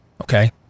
Okay